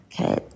Okay